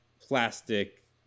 plastic